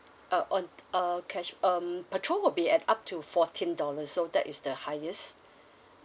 uh on uh cash um petrol will be at up to fourteen dollars so that is the highest